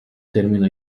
termina